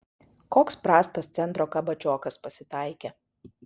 koks prastas centro kabačiokas pasitaikė